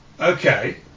Okay